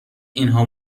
اینها